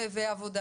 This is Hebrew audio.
וזרוע עבודה